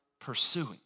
pursuing